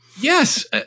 Yes